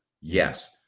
Yes